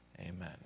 amen